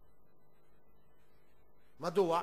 מדוע?